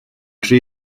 rhy